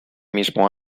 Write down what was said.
mismo